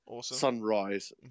sunrise